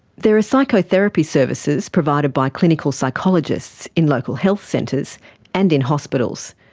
there are psychotherapy services provided by clinical psychologists in local health centres and in hospitals.